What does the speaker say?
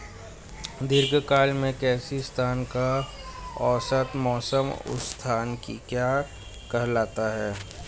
दीर्घकाल में किसी स्थान का औसत मौसम उस स्थान की क्या कहलाता है?